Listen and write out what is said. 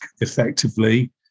effectively